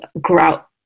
grout